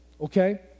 okay